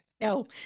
no